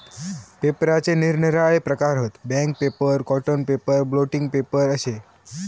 पेपराचे निरनिराळे प्रकार हत, bank paper, cotton paper, blotting paper अशे